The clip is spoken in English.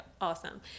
awesome